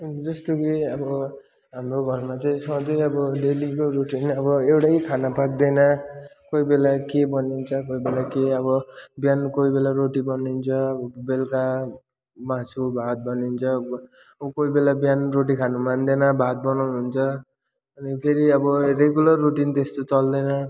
जस्तो कि अब हाम्रो घरमा चाहिँ सधैँको डेलीको रुटिन अब एउटै खाना पाक्दैन कोही बेला के बनिन्छ कोही बेला के अब बिहान कोही बेला रोटी बनिन्छ बेलुका मासु भात बनिन्छ कोही बेला बिहान रोटी खानु मान्दैन भात बनाउनुहुन्छ अनि फेरि अब रेगुलर रुटिन जस्तो चल्दैन